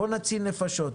בואו נציל נפשות.